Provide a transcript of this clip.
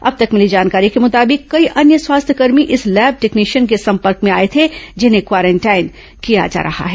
अब तक भिली जानकारी के मुताबिक कई अन्य स्वास्थ्यकर्मी इस लैब टेक्नीशियन के संपर्क में आए थे जिन्हें क्वारेंटाइन किया जा रहा है